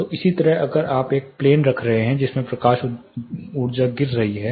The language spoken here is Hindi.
तो इसी तरह से अगर आप एक प्लेन रख रहे हैं जिसमें प्रकाश ऊर्जा गिर रही है